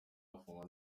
yafungwa